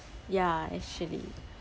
ya actually